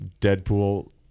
Deadpool